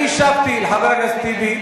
אני השבתי לחבר הכנסת טיבי.